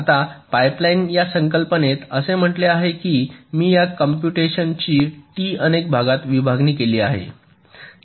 आता पाइपलाइनिंग या संकल्पनेत असे म्हटले आहे की मी या कॉम्पुटेशन ची टी अनेक भागात विभागणी केली आहे